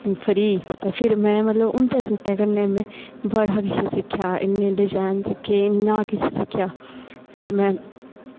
free ते ओह् मतलब में उंदे सूटै कन्नै में बड़ा किश सिक्खेआ इन्ना किश सिक्खेआ बड़े डिजाईन सिक्खे फिर में